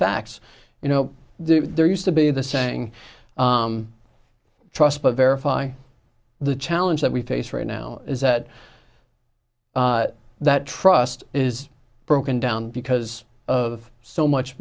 facts you know there used to be the saying trust but verify the challenge that we face right now is that that trust is broken down because of so much